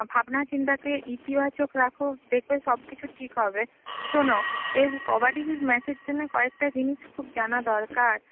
ভাবনাচিন্তাকে ইতিবাচক রাখো দেখবে সবকিছু ঠিক হবে শোনো এই কবাডি ম্যাচের জন্য কয়েকটা জিনিস খুব জানা দরকার